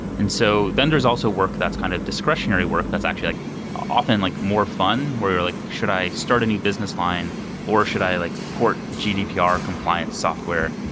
and so, vendors also work that's kind of discretionary work that's actually like often like more fun where you're like, should i start a new business line or should i like port gdpr compliance software?